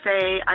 say